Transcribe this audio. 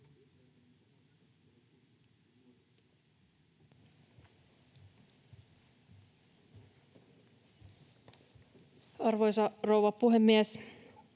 Arvoisa rouva puhemies!